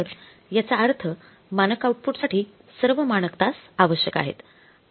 तर याचा अर्थ मानक आउटपुटसाठी सर्व मानक तास आवश्यक आहेत